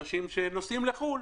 אנשים שנוסעים לחו"ל.